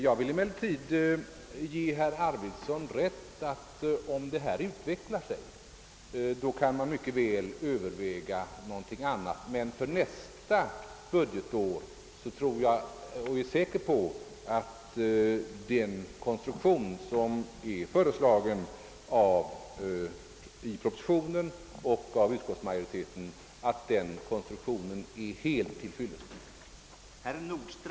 Jag vill emellertid ge herr Arvidson rätt i att man — om detta kulturutbyte utvecklar sig — mycket väl kan överväga ett annat finansieringssätt. Men jag är säker på att den konstruktion som är föreslagen i propositionen och av utskottsmajoriteten är helt till fyllest för nästa budgetår.